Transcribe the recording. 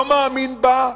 לא מאמין בה,